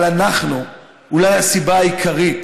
אבל אנחנו, אולי הסיבה העיקרית